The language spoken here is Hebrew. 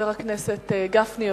חבר הכנסת גפני,